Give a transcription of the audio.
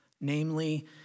Namely